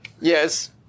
Yes